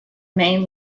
main